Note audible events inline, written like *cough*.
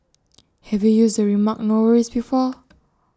*noise* have you used the remark no worries before *noise*